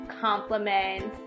compliments